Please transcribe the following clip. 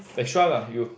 extra lah you